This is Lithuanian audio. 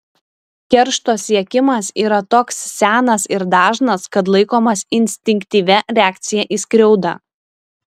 keršto siekimas yra toks senas ir dažnas kad laikomas instinktyvia reakcija į skriaudą